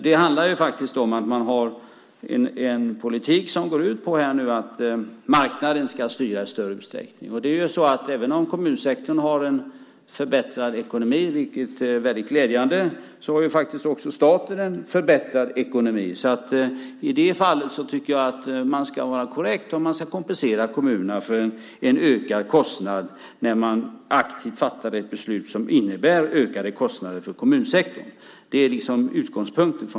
Det handlar om att ha en politik som går ut på att marknaden i större utsträckning ska styra. Även om kommunsektorn har en förbättrad ekonomi, vilket är glädjande, har faktiskt också staten en förbättrad ekonomi. I det fallet tycker jag att man ska vara korrekt och att man ska kompensera kommunerna för en ökad kostnad när man aktivt fattar ett beslut som innebär ökade kostnader för kommunsektorn. Det är min utgångspunkt.